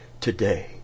today